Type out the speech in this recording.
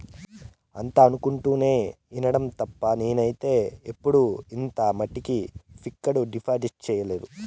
అంతా అనుకుంటుంటే ఇనడం తప్ప నేనైతే ఎప్పుడు ఇంత మట్టికి ఫిక్కడు డిపాజిట్ సెయ్యలే